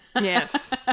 Yes